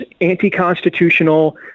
anti-constitutional